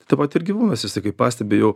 tą patį ir gyvūnuose kai pastebi jau